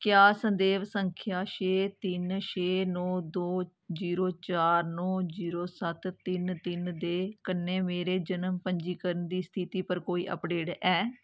क्या संदर्भ संख्या छे त्रै छे नौ दो जीरो चार नौ जीरो सत्त तिन्न तिन्न दे कन्नै मेरे जनम पंजीकरण दी स्थिति पर कोई अपडेट ऐ